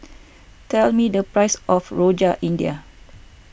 tell me the price of Rojak India